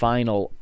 Final